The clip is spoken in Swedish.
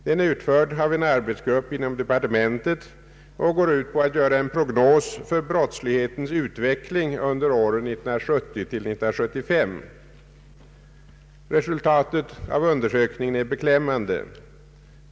Den är utförd av en arbetsgrupp inom departementet och utgör en prognos för brottslighetens utveckling under åren 1970—1975. Resultaten av undersökningen är beklämmande.